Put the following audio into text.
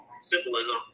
symbolism